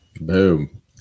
Boom